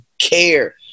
care